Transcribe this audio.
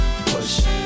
push